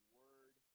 word